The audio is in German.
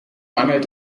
mangelt